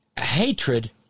hatred